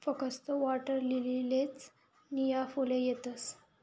फकस्त वॉटरलीलीलेच नीया फुले येतस